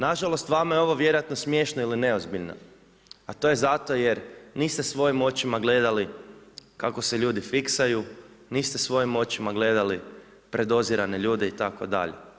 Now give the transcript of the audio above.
Nažalost, vama je ovo vjerojatno smiješno ili neozbiljno, a to je zato jer niste svojim očima gledali kako se ljudi fiksaju, niste svojim očima gledali predozirane ljude itd.